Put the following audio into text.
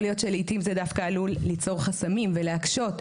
יכול להיות שלעיתים זה דווקא עלול ליצור חסמים ולהקשות.